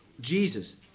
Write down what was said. Jesus